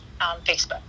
Facebook